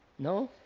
no?